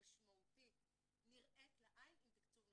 משמעותית נראית לעין עם תקצוב נכון.